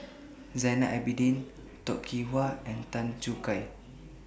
Zainal Abidin Toh Kim Hwa and Tan Choo Kai